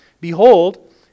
Behold